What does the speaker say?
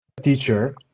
teacher